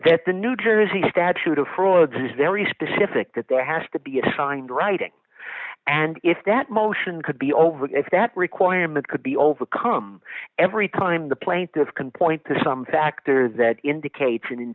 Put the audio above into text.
that the new jersey statute of frauds is very specific that there has to be assigned writing and if that motion could be over if that requirement could be overcome every time the plaintiffs can point to some factor that indicates an in